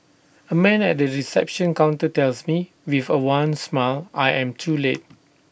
A man at the reception counter tells me with A wan smile I am too late